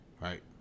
Right